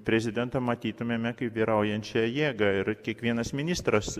prezidentą matytumėme kaip vyraujančia jėga ir kiekvienas ministras